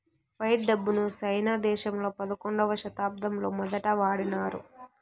fight డబ్బును సైనా దేశంలో పదకొండవ శతాబ్దంలో మొదటి వాడినారు